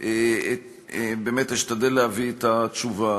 ואשתדל להביא את התשובה.